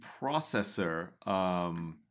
processor